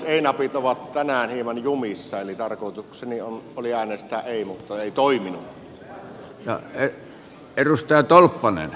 ei napit ovat tänään hieman jumissa eli tarkoitukseni oli äänestää ei mutta nappi ei toiminut